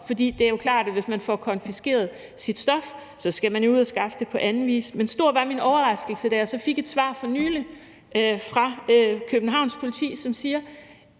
for det er jo klart, at hvis man får konfiskeret sit stof, skal man jo ud at skaffe det på anden vis. Men stor var min overraskelse, da jeg så fik et svar for nylig fra Københavns Politi, som siger: